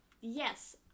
Yes